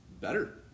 better